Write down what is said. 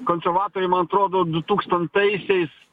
konservatoriai man atrodo du tūkstantaisiais